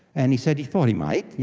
and he said he thought he might. yeah